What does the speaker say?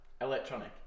Electronic